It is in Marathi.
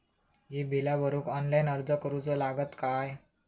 ही बीला भरूक ऑनलाइन अर्ज करूचो लागत काय?